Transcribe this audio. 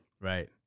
Right